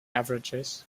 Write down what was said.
averages